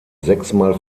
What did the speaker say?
sechsmal